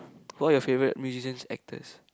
who are your favourite musicians actors